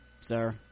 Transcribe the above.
sir